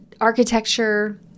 architecture